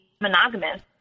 monogamous